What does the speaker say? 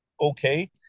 Okay